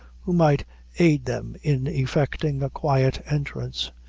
who might aid them in effecting a quiet entrance,